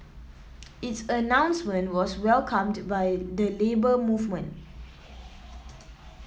its announcement was welcomed by the Labour Movement